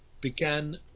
began